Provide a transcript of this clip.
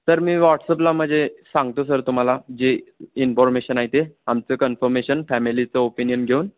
sir मी व्हॉट्सअपला म्हणजे सांगतो सर तुम्हाला जे इन्फॉर्मेशन आहे ते आमचं कन्फर्मेशन फॅमिलीचं ओपिनियन घेऊन